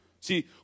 See